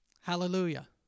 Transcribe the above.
Hallelujah